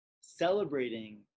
celebrating